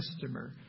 customer